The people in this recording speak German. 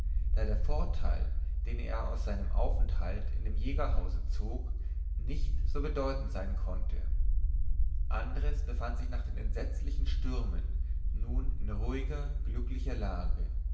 da der vorteil den er aus seinem aufenthalt in dem jägerhause zog nicht so bedeutend sein konnte andres befand sich nach den entsetzlichen stürmen nun in ruhiger glücklicher lage